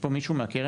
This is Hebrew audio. לתת